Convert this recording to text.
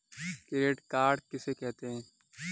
Credit card किसे कहते हैं?